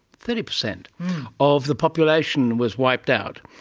thirty percent of the population was wiped out,